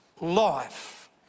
life